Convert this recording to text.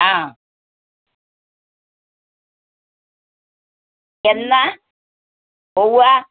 ആ എന്നാണ് പോവുക